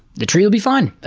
the tree will be fine.